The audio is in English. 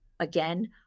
Again